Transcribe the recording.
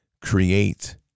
create